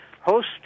host